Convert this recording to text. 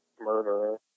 murderer